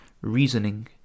reasoning